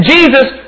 Jesus